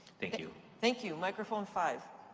thank you. thank you. microphone five.